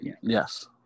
yes